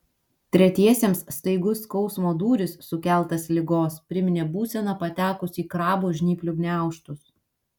tretiesiems staigus skausmo dūris sukeltas ligos priminė būseną patekus į krabo žnyplių gniaužtus